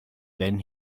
then